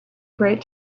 great